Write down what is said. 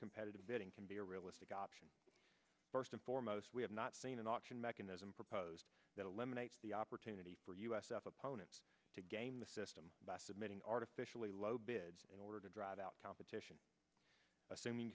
competitive bidding can be a realistic option first and foremost we have not seen an auction mechanism proposed that eliminates the opportunity for us of opponents to game the system by submitting artificially low bid in order to drive out competition assuming